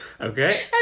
Okay